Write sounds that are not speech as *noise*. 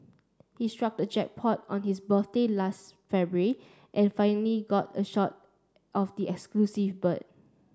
he struck the jackpot on his birthday last February and finally got a shot of the *unintelligible* bird